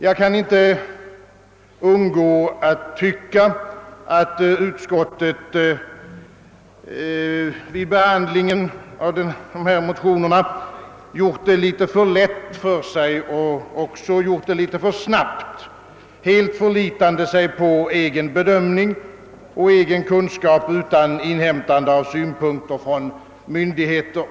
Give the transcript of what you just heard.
Jag kan inte underlåta att tycka, att utskottet vid behandlingen av dessa motioner gjort det litet för lätt för sig och att behandlingen varit alltför snabb. Utskottet har helt förlitat sig på sin egen bedömning och egen kunskap utan att inhämta synpunkter från myndigheter.